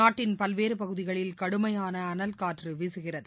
நாட்டின் பல்வேறுபகுதிகளில் கடுமையானஅனல்காற்றுவீசுகிறது